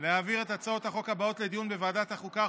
להעביר את הצעות החוק הבאות לדיון בוועדת החוקה,